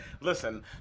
Listen